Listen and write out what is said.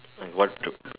and what to